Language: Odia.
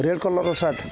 ରେଡ଼ କଲରର ସାର୍ଟ